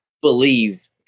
Believe